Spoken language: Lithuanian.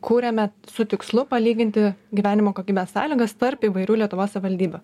kūrėme su tikslu palyginti gyvenimo kokybės sąlygas tarp įvairių lietuvos savivaldybių